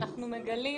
אנחנו מגלים